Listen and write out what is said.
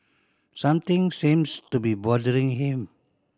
something seems to be bothering him